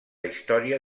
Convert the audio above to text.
història